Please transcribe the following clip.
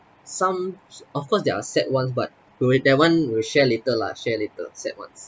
some s~ of course there are sad ones but wait wait that one we'll share later lah share later sad ones